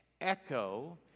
echo